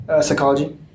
Psychology